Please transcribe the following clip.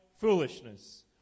foolishness